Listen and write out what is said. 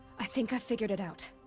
i think i figured it out.